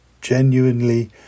genuinely